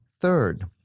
Third